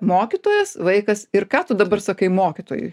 mokytojas vaikas ir ką tu dabar sakai mokytojui